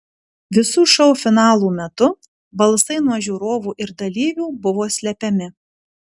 visų šou finalų metu balsai nuo žiūrovų ir dalyvių buvo slepiami